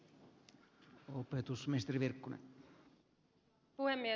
arvoisa puhemies